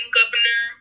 governor